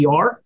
PR